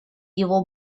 его